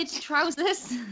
trousers